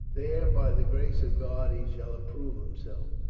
there by the grace of god he shall approve himself.